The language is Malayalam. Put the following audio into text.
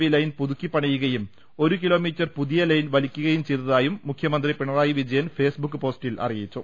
വി ലൈൻ പുതുക്കി പണിയുകയും ഒരു കിലോമീറ്റർ പുതിയ ലൈൻ വലിക്കുകയും ചെയ്തതായും മുഖ്യമന്ത്രി പിണറായി വിജയൻ ഫേസ്ബുക്ക് പോസ്റ്റിൽ അറിയിച്ചു